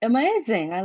Amazing